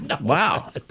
wow